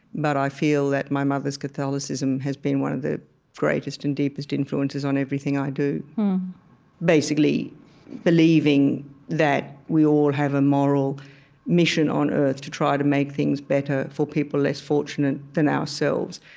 but i feel that my mother's catholicism has been one of the greatest and deepest influences on everything i do basically believing that we all have a moral mission on earth to try to make things better for people less fortunate than ourselves.